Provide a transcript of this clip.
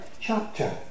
chapter